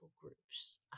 groups